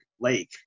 Lake